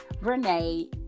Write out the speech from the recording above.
Renee